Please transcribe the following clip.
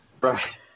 Right